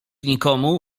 nikomu